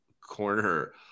corner